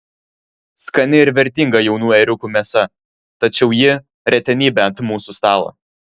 skani ir vertinga jaunų ėriukų mėsa tačiau ji retenybė ant mūsų stalo